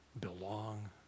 belong